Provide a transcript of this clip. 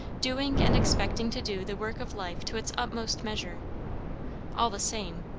doing and expecting to do the work of life to its utmost measure all the same,